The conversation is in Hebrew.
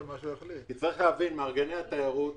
מארגני התיירות